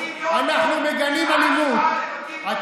את הפלסטינים --- והציתו --- תפסיקו.